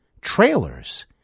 trailers